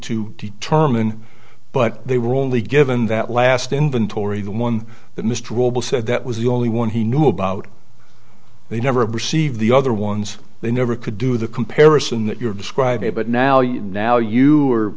to determine but they were only given that last inventory the one that mr goble said that was the only one he knew about they never received the other ones they never could do the comparison that you're describing but now you now you